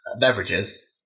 beverages